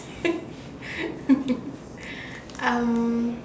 um